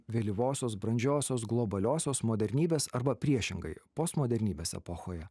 vėlyvosios brandžiosios globaliosios modernybės arba priešingai postmodernybės epochoje